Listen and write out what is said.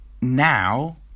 now